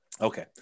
Okay